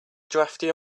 drafty